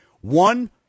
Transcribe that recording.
one